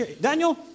Daniel